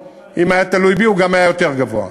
אם זה היה תלוי בי, הוא גם היה יותר גבוה.